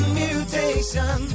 mutation